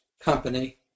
company